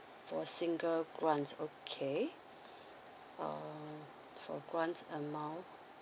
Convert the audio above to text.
for single grant okay um for grant amount